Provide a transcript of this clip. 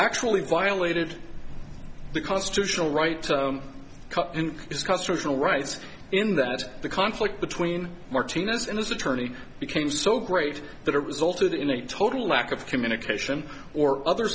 actually violated the constitutional rights in discuss traditional rights in that the conflict between martinez and his attorney became so great that it was altered in a total lack of communication or other